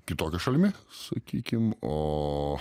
kitokia šalimi sakykim o